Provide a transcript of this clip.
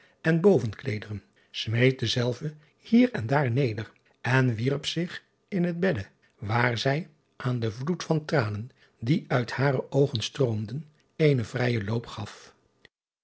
en bovenkleederen smeet dezelve driaan oosjes zn et leven van illegonda uisman hier en daar neder en wierp zich in het bedde waar zij aan den vloed van tranen die uit hare oogen stroomden eenen vrijen loop gaf